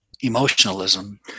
Emotionalism